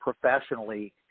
professionally